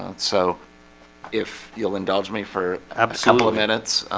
ah so if you'll indulge me for a couple of minutes, i'm